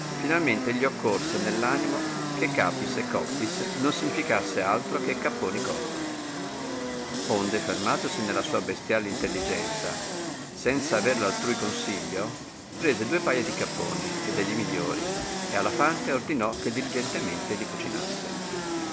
tinalmente gli occorse nell animo che ccqrpis et coctis non significasse altro che capponi cotti onde fermatosi nella sua bestiai intelligenza senza aver l altrui consiglio prese due paia di capponi e degli migliori e alla fante ordinò che diligentemente li cucinasse